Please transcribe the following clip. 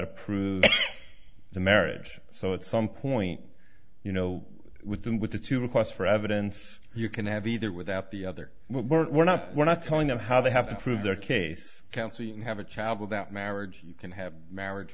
to prove the marriage so at some point you know with them with the two requests for evidence you can have either without the other we're not we're not telling them how they have to prove their case counsel and have a child without marriage you can have a marriage